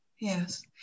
yes